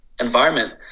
environment